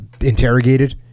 Interrogated